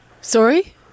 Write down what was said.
Sorry